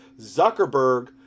Zuckerberg